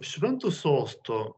švento sosto